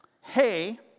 hey